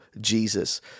Jesus